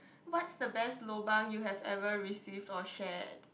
what's the best lobang you have ever received or shared